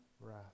wrath